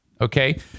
Okay